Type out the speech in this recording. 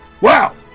wow